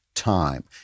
time